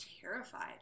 terrified